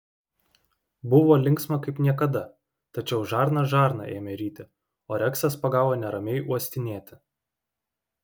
buvo linksma kaip niekada tačiau žarna žarną ėmė ryti o reksas pagavo neramiai uostinėti